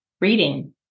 reading